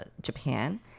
Japan